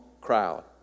crowd